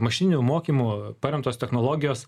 mašininiu mokymu paremtos technologijos